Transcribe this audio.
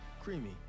creamy